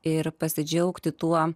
ir pasidžiaugti tuo